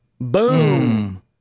Boom